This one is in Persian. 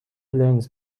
لنز